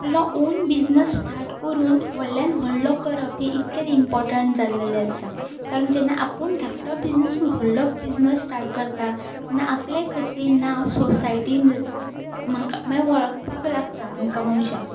आपलो own business start करून व्हडल्यान व्हडलो करप हें इतकेच इम्पॉर्टंट जाल्लेलें आसा कारण जेन्ना आपूण धाकटो बिझनस न्हू व्हडलो बिझनस स्टार्ट करता तेन्ना आपल्या खंयतरी नांव सोसायटीन जाता म्हा मागीर वळखपाक लागता आमकां मनशां